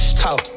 talk